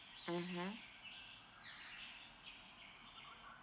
mmhmm